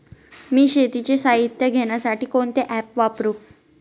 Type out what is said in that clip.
मी शेतीचे साहित्य घेण्यासाठी कोणते ॲप वापरु?